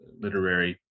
literary